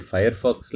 Firefox